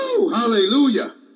hallelujah